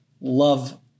love